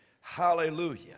Hallelujah